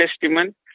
Testament